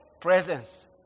presence